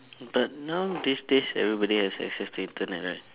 but now these days everybody has access to internet right